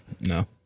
No